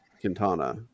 Quintana